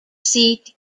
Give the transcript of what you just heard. seat